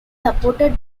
supported